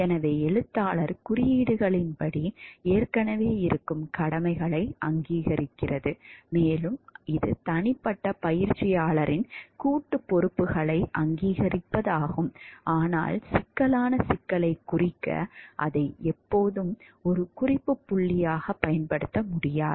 எனவே எழுத்தாளர் குறியீடுகளின்படி ஏற்கனவே இருக்கும் கடமைகளை அங்கீகரிக்கிறது மேலும் இது தனிப்பட்ட பயிற்சியாளர்களின் கூட்டுப் பொறுப்புகளை அங்கீகரிப்பதாகும் ஆனால் சிக்கலான சிக்கலைக் குறிக்க அதை எப்போதும் ஒரு குறிப்பு புள்ளியாகப் பயன்படுத்த முடியாது